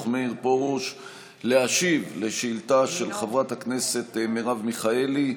מאיר פרוש להשיב על שאילתה של חברת הכנסת מרב מיכאלי,